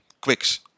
quicks